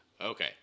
Okay